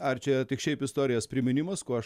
ar čia tik šiaip istorijas priminimas ko aš